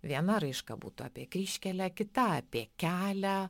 viena raiška būtų apie kryžkelę kita apie kelią